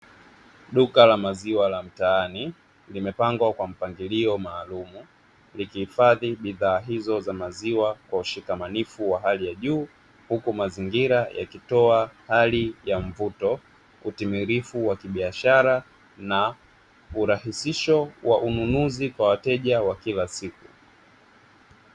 Duka la maziwa la mtaani limepangwa kwa mpangilio maalumu, likihifadhi bidhaa hizo za maziwa kwa ushikamanifu wa hali ya juu, huku mazingira yakitoa hali ya mvuto, utimilifu wa kibiashara na urahisisho wa ununuzi kwa wateja wa kila siku.